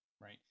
right